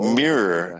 mirror